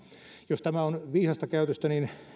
jos tämä on viisasta käytöstä niin